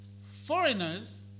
Foreigners